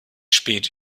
spät